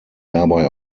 dabei